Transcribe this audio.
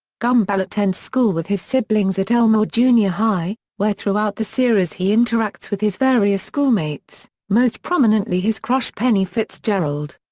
gumball attends school with his siblings at elmore junior high, where throughout the series he interacts with his various schoolmates, most prominently his crush penny fitzgerald.